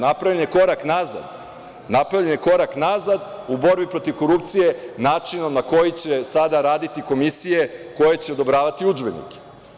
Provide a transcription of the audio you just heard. Napravljen je korak nazad u borbi protiv korupcije načinom na koji će sada raditi komisije koje će odobravati udžbenike.